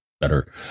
better